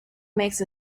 makes